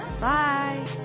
Bye